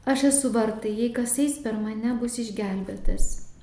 aš esu vartai jei kas eis per mane bus išgelbėtas